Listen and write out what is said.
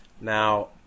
Now